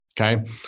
Okay